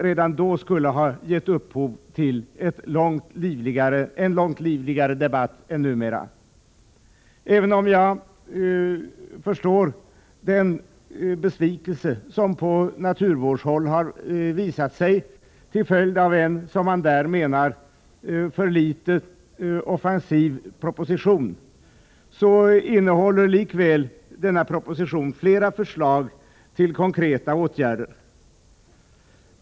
Det borde redan ha gett upphov till en långt livligare debatt än den som nu förs. Även om jag förstår den besvikelse som på naturvårdshåll har visat sig till följd av en, som man där menar, för litet offensiv proposition, innehåller likväl denna proposition flera förslag till konkreta åtgärder.